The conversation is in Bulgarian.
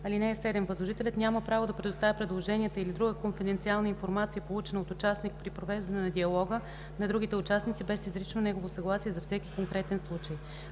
други. (7) Възложителят няма право да предоставя предложенията или друга конфиденциална информация, получена от участник при провеждане на диалога, на другите участници без изрично негово съгласие за всеки конкретен случай.